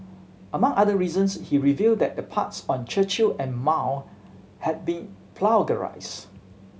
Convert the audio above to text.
among other reasons he revealed that the parts on Churchill and Mao had been plagiarised